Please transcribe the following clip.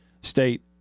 State